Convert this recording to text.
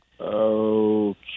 Okay